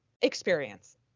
experience